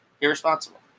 irresponsible